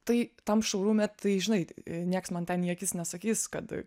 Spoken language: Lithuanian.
tai tam šaurume tai žinai niekas man ten į akis nesakys kad